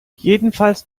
jedenfalls